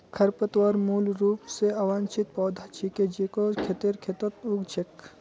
खरपतवार मूल रूप स अवांछित पौधा छिके जेको खेतेर खेतत उग छेक